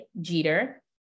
Jeter